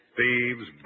thieves